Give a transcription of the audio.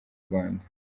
rwanda